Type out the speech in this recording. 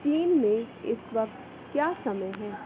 चीन में इस वक्त क्या समय है